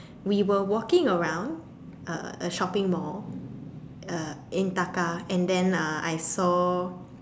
we were walking around a a shopping mall uh in Taka and then uh I saw